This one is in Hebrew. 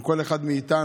אם כל אחד מאיתנו,